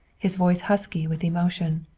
his voice husky with emotion.